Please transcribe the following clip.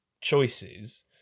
choices